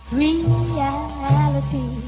reality